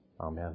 Amen